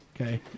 Okay